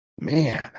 Man